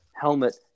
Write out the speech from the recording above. helmet